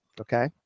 Okay